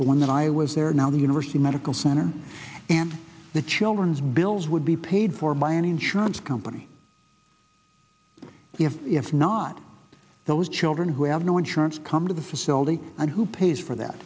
the one that i was there now the university medical center and the children's bills would be paid for by an insurance company you have if not those children who have no insurance come to the facility and who pays for that